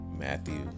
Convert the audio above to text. Matthew